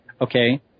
okay